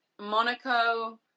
Monaco